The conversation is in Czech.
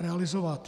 realizovat.